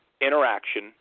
interaction